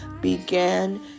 began